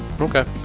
Okay